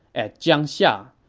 at jiangxia,